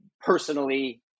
personally